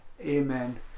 Amen